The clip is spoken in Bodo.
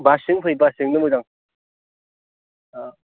बासजोंनो फै बासजोंनो मोजां औ